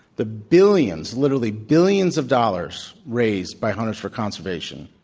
the billions, literally billions of dollars raised by hunters for conservation,